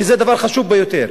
שזה דבר חשוב ביותר?